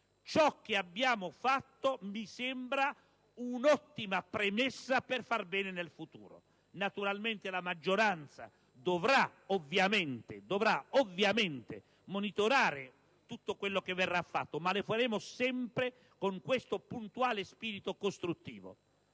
Ciò che abbiamo fatto mi sembra un'ottima premessa per far bene in seguito. Naturalmente la maggioranza dovrà monitorare tutto quello che verrà fatto, ma lo faremo sempre con questo puntuale spirito costruttivo.